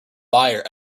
buyer